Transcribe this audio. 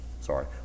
Sorry